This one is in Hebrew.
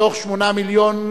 בתוך 8 מיליון,